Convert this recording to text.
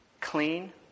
Clean